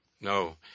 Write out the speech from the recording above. no